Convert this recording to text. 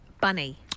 Bunny